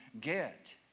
get